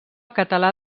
català